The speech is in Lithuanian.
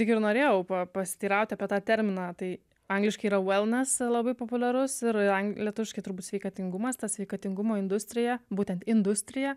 taigi ir norėjau pa pasiteiraut apie tą terminą tai angliškai yra velnes labai populiarus ir lietuviškai turbūt sveikatingumas ta sveikatingumo industrija būtent industrija